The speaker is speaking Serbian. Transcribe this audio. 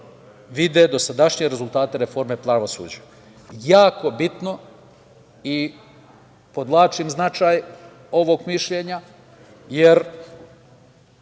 vide dosadašnje rezultate reforme pravosuđa. Jako bitno i podvlačim značaj ovog mišljenja, jer